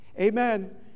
Amen